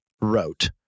wrote